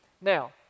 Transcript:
Now